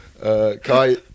Kai